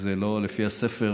זה לא לפי הספר,